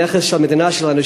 הנכס של המדינה שלנו,